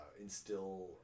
instill